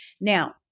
Now